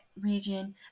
region